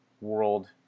world